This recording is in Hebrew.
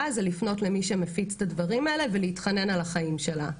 זה לפנות למי שמציף את הדברים האלה ולהתחנן על החיים שלה.